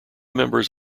members